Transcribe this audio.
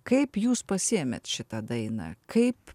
kaip jūs pasiėmėt šitą dainą kaip